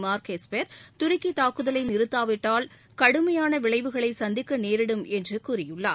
mark Esper துருக்கி தாக்குதலை நிறுத்தாவிட்டால் கடுமையான விளைவுகளை சந்திக்க நேரிடும் என்று கூறியுள்ளார்